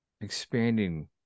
expanding